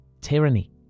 tyranny